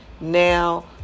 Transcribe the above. now